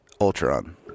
Ultron